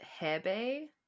Hebe